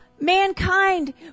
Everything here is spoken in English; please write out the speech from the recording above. mankind